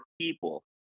people